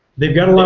they've got a lot